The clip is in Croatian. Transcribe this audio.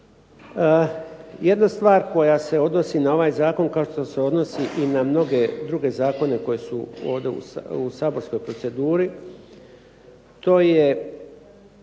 Jedna stvar koja se odnosi na ovaj zakon, kao što se odnosi i na mnoge druge zakone koji su ovdje u saborskoj proceduri, to je